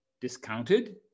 discounted